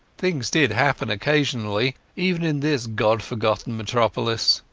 things did happen occasionally, even in this god-forgotten metropolis.